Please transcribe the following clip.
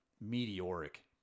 meteoric